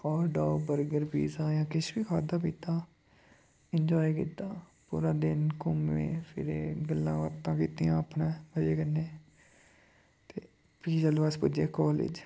hot dog burger pizza जां किश बी खाद्धा पीता इंजोऐ कीता पूरा दिन घूमे फिरे गल्लांबाता कीतियां अपने मजे कन्नै ते फ्ही जेल्लै अस पुज्जे कालेज